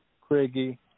Craigie